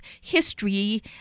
history